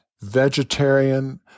vegetarian